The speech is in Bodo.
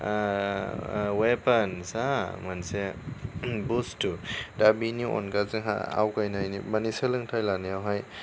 वेपन्स मोनसे बुस्तु दा बेनि अनगा जोंहा आवगायनायनि मानि सोलोंथाइ लानायावहाय